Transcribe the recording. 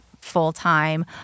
full-time